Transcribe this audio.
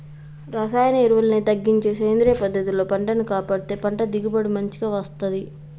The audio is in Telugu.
రసాయన ఎరువుల్ని తగ్గించి సేంద్రియ పద్ధతుల్లో పంటను కాపాడితే పంట దిగుబడి మంచిగ వస్తంది